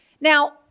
Now